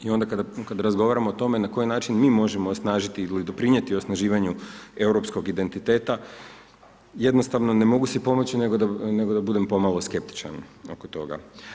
I onda kada razgovaramo o tome na koji način mi možemo osnažiti i doprinijeti osnaživanju europskog identitet, jednostavno ne mogu si pomoći, nego da ne budem pomalo skeptičan oko toga.